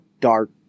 dark